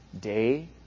day